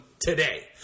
Today